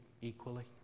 equally